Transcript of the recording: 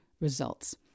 results